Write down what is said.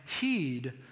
heed